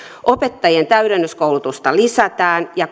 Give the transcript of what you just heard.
opettajien täydennyskoulutusta lisätään ja